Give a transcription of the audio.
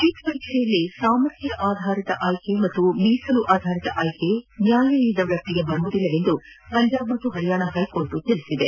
neat ಪರೀಕ್ಷೆಯಲ್ಲಿ ಸಾಮರ್ಥ್ನ ಆಧಾರಿತ ಆಯ್ಲೆ ಹಾಗೂ ಮೀಸಲು ಆಧಾರಿತ ಆಯ್ಲೆ ನ್ಯಾಯಾಲಯ ವ್ಯಾಪ್ತಿಗೆ ಬರುವುದಿಲ್ಲವೆಂದು ಪಂಜಾಬ್ ಹಾಗೂ ಹರಿಯಾಣ ಹೈಕೋರ್ಟ್ ಹೇಳಿದೆ